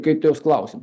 kaitos klausimu